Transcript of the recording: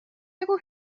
بگو